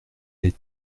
les